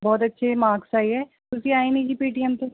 ਬਹੁਤ ਅੱਛੇ ਮਾਰਕਸ ਆਏ ਹੈ ਤੁਸੀਂ ਆਏ ਨੀ ਜੀ ਪੀ ਟੀ ਐਮ 'ਤੇ